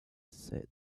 said